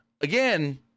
again